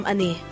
Ani